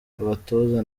abatoza